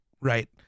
Right